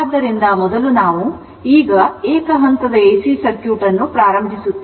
ಆದ್ದರಿಂದ ಮೊದಲು ನಾವು ಈಗ ಏಕ ಹಂತದ ಎಸಿ ಸರ್ಕ್ಯೂಟ್ ಅನ್ನು ಪ್ರಾರಂಭಿಸುತ್ತೇವೆ